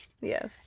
Yes